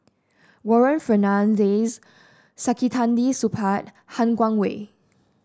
Warren Fernandez Saktiandi Supaat Han Guangwei